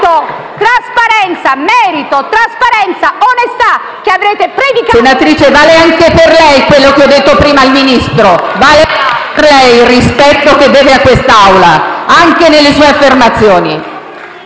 Senatrice, vale anche per lei, quello che ho detto prima al Ministro. Vale anche per lei il rispetto che deve a quest'Aula, anche nelle sue affermazioni.